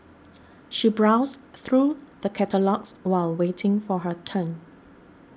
she browsed through the catalogues while waiting for her turn